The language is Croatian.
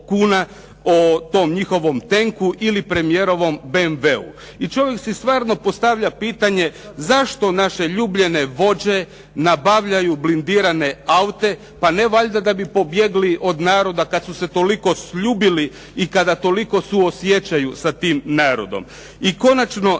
kuna, o tom njihovom tenku ili premijerovom BMW-u. I čovjek si stvarno postavlja pitanje, zašto naše ljubljene vođe nabavljaju blindirane aute? Pa ne valjda da bi pobjegli od naroda kada su se toliko sljubili i kada toliko suosjećaju sa tim narodom. I konačno